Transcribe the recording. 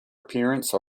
appearance